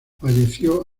falleció